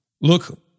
Look